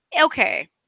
okay